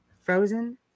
Frozen